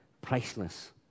Priceless